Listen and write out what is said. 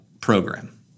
program